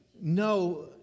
no